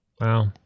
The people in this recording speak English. Wow